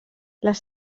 les